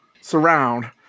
surround